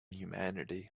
humanity